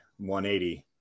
180